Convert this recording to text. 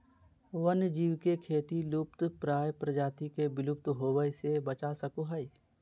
वन्य जीव के खेती लुप्तप्राय प्रजाति के विलुप्त होवय से बचा सको हइ